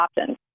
options